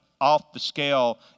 off-the-scale